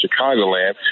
Chicagoland